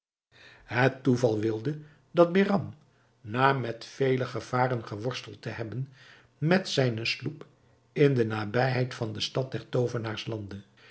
het toeval wilde dat behram na met vele gevaren geworsteld te hebben met zijne sloep in de nabijheid van de stad der toovenaars landde